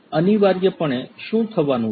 અનિવાર્યપણે શું થવાનું છે